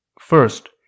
First